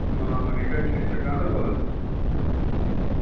مامَر یہِ کتہِ چھِ یہِ چھےٚ گاندَربَل حظ